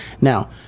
Now